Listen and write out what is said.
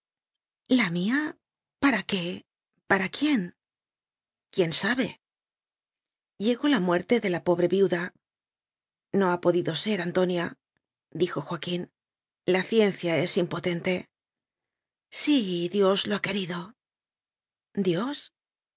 la mía para qué para quién quién sabe llegó la muerte de la pobre viuda no ha podido ser antoniadijo joa quín la ciencia es impotente sí dios lo ha querido dios